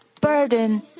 burden